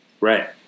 Right